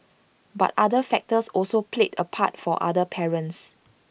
but other factors also played A part for other parents